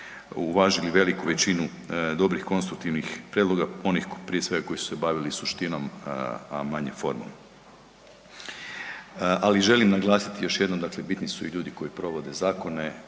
uvažili veliku većinu dobrih konstruktivnih prijedloga, onih prije svega koji su se bavili suštinom, a manje formom. Ali želim naglasiti još jednom, dakle bitni su i ljudi koji provode zakone.